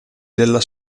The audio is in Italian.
della